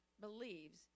believes